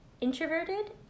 introverted